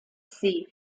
sie